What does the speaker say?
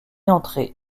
entrez